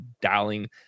dialing